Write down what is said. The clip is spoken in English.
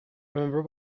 remember